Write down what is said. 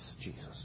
Jesus